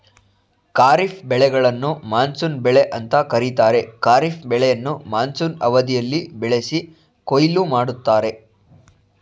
ಖಾರಿಫ್ ಬೆಳೆಗಳನ್ನು ಮಾನ್ಸೂನ್ ಬೆಳೆ ಅಂತ ಕರೀತಾರೆ ಖಾರಿಫ್ ಬೆಳೆಯನ್ನ ಮಾನ್ಸೂನ್ ಅವಧಿಯಲ್ಲಿ ಬೆಳೆಸಿ ಕೊಯ್ಲು ಮಾಡ್ತರೆ